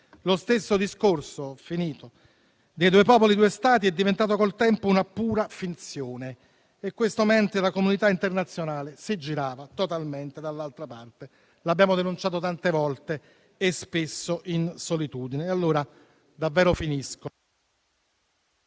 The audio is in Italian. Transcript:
Lo stesso discorso dei "due popoli, due Stati" è diventato con il tempo una pura finzione e questo mentre la comunità internazionale si girava totalmente dall'altra parte. L'abbiamo denunciato tante volte, spesso in solitudine. Non credo - in